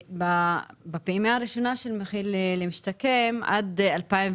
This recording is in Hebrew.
בפעימה הראשונה של מחיר למשתכן עד 2019,